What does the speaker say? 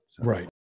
Right